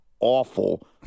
awful